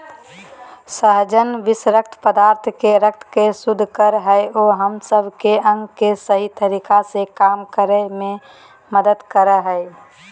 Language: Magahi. सहजन विशक्त पदार्थ के रक्त के शुद्ध कर हइ अ हम सब के अंग के सही तरीका से काम करे में मदद कर हइ